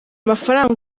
mafaranga